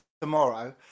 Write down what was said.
tomorrow